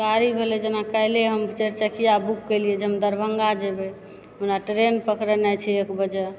गाड़ी भेलय जेना काल्हिये हम चारि चकिया बुक कयलियै जे हम दरभंगा जेबय हमरा ट्रैन पकड़नाइ छै एक बजे